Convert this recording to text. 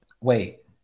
Wait